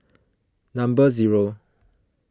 number zero